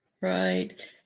Right